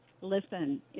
listen